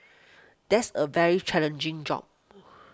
that's a very challenging job